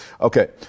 Okay